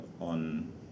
on